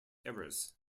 errors